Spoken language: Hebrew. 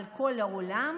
אבל כל העולם?